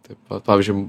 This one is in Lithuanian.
taip vat pavyzdžiui